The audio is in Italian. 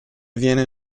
viene